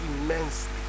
immensely